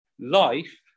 life